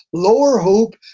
lower hoop,